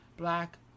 Black